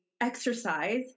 exercise